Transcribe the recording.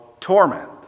torment